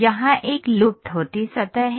यहाँ एक लुप्त होती सतह है